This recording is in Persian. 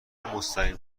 مستقیم